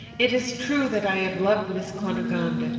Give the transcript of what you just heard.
it is true that i have loved miss cunegonde,